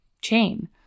chain